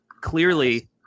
Clearly